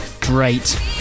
Great